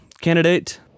candidate